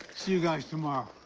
see you guys tomorrow?